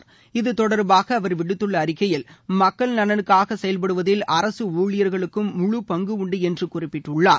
என முதலமைச்சர் இத்தொடர்பாக அவர் விடுத்துள்ள அறிக்கையில் மக்கள் நலனுக்காக செயல்படுவதில் அரசு ஊழியர்களுக்கும் முழுபங்கு உண்டு என்று குறிப்பிட்டுள்ளார்